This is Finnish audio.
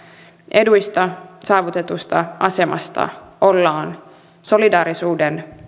eduista saavutetusta asemasta ollaan solidaarisuuden